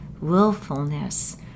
willfulness